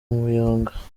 umuyonga